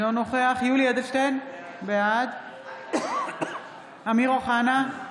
אינו נוכח יולי יואל אדלשטיין, בעד אמיר אוחנה,